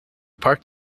parked